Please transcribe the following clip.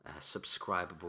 subscribable